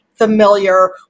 familiar